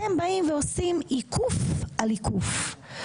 אתם באים ועושים עיקוף על עיקוף.